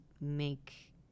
make